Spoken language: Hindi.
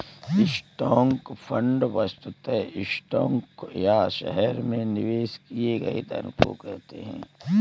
स्टॉक फंड वस्तुतः स्टॉक या शहर में निवेश किए गए धन को कहते हैं